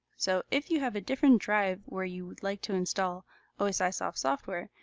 so if you have a different drive where you would like to install osisoft software,